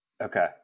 Okay